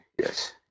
Yes